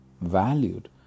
valued